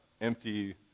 empty